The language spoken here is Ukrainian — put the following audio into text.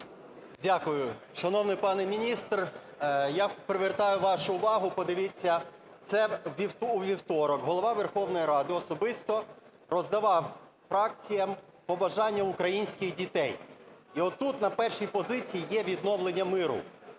Дякую. Шановний пане міністр, я привертаю вашу увагу. Подивіться, це у вівторок Голова Верховної Ради особисто роздавав фракціям побажання українських дітей. І от тут на першій позиції є відновлення миру.